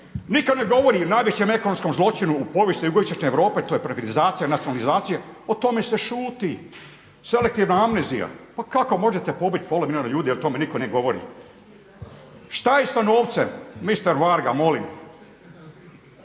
Nitko ne govori o najvećem ekonomskom zločinu u povijesti jugoistočne Europe, to je privatizacija, nacionalizacija o tome se šuti. Selektivna amnezija. Pa kako možete pobiti pola milijarde ljudi i o tome nitko ne govori. Šta je sa novcem mister Varga molim?